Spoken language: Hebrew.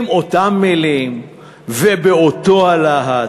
באותן מילים ובאותו הלהט.